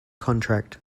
contract